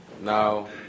Now